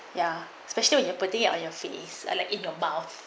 ya especially when you're putting you on your face and like in your mouth